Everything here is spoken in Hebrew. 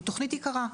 היא תוכנית יקרה,